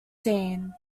scene